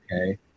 okay